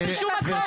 לא בשום מקום.